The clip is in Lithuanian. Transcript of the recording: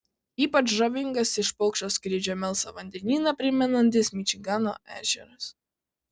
ypač žavingas iš paukščio skrydžio melsvą vandenyną primenantis mičigano ežeras